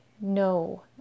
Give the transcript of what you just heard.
no